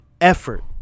effort